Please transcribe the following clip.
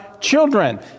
children